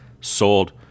sold